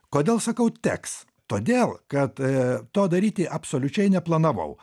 kodėl sakau teks todėl kad to daryti absoliučiai neplanavau